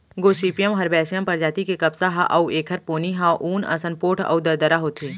Gossypium herbaceum परजाति के कपसा ह अउ एखर पोनी ह ऊन असन पोठ अउ दरदरा होथे